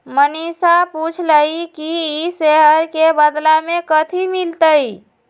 मनीषा पूछलई कि ई शेयर के बदला मे कथी मिलतई